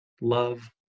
love